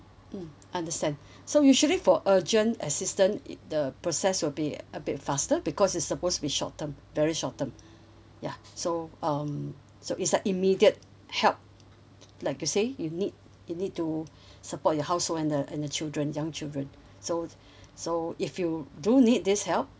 mm understand so usually for urgent assistant uh the process will be a bit faster because is supposed to be short term very short term ya so um so is like immediate help like you say you need you need to support your household and the and the children young children so so if you do need this help